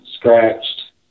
Scratched